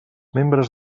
membres